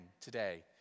today